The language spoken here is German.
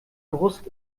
brust